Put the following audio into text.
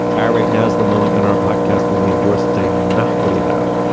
ah right, now is the moment in our podcast on windhorst day now. what do you have?